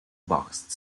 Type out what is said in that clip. boxed